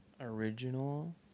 original